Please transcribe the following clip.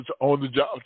on-the-job